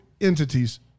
entities